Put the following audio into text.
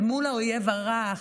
אל מול האויב הרע,